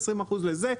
20% לזה,